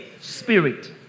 spirit